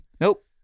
Nope